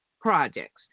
projects